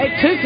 two